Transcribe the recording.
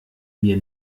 mir